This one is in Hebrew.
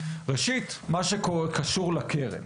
ראשית מה שקשור לקרן